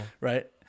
right